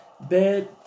bed